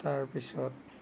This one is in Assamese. তাৰপিছত